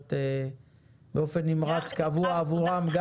ומדברת באופן נמרץ וקבוע עבורם,